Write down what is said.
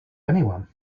anyone